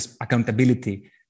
accountability